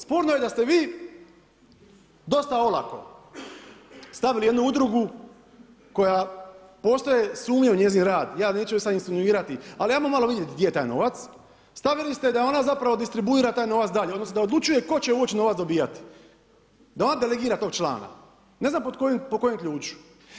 Sporno je da ste vi, dosta olako, stavili jednu udrugu koju postoje sumnje u njezin rad, ja neću sad insinuirati, ali ajmo malo vidjet gdje je taj novac, stavili ste da ona distribuira taj novac dalje, odnosno da odlučuje tko će uopće novac dobivati, da ona delegira tog člana, ne znam po kojem ključu.